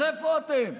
אז איפה אתם?